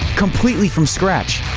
completely from scratch?